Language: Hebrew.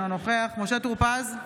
אינו נוכח משה טור פז,